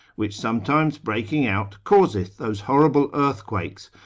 which sometimes breaking out, causeth those horrible earthquakes,